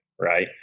right